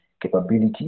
capability